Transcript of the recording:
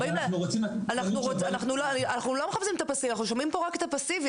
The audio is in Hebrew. אנחנו שומעים פה רק את הפאסיבי.